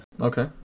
Okay